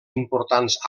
importants